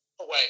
away